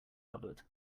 covered